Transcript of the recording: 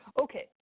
Okay